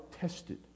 tested